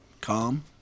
Calm